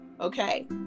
okay